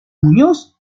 muñoz